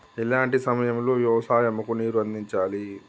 ఎలాంటి సమయం లో వ్యవసాయము కు నీరు అందించాలి?